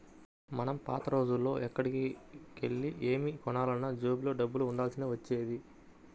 మనం పాత రోజుల్లో ఎక్కడికెళ్ళి ఏమి కొనాలన్నా జేబులో డబ్బులు ఉండాల్సి వచ్చేది